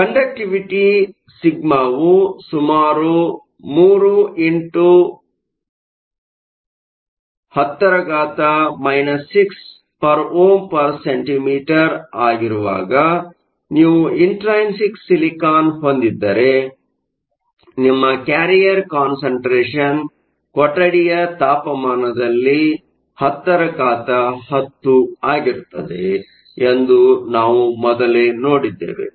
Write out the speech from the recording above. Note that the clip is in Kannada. ಕಂಡಕ್ಟಿವಿಟಿ ಸಿಗ್ಮಾವು ಸುಮಾರು 3x10 6 Ω 1 cm 1 ಆಗಿರುವಾಗ ನೀವು ಇಂಟ್ರೈನ್ಸಿಕ್ ಸಿಲಿಕಾನ್ ಹೊಂದಿದ್ದರೆ ನಿಮ್ಮ ಕ್ಯಾರಿಯರ್ ಕಾನ್ಸಂಟ್ರೇಷನ್ ಕೊಠಡಿಯ ತಾಪಮಾನದಲ್ಲಿ 1010 ಆಗಿರುತ್ತದೆ ಎಂದು ನಾವು ಮೊದಲೇ ನೋಡಿದ್ದೇವೆ